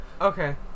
Okay